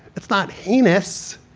it's not heinous.